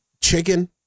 chicken